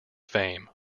fame